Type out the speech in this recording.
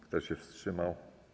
Kto się wstrzymał?